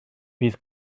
bydd